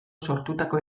sortutako